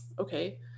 okay